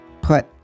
put